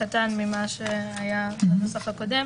קטן מן הנוסח הקודם,